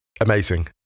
Amazing